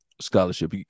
scholarship